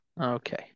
Okay